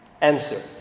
Answer